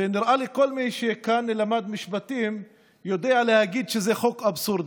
ונראה לי שכל מי שכאן למד משפטים יודע להגיד שזה חוק אבסורדי.